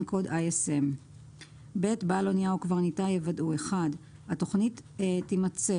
קוד ISM. בעל אנייה או קברניטה יוודאו - התוכנית תימצא